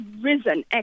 risen